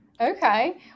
Okay